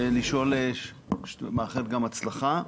ומאחל לו הצלחה.